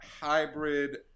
hybrid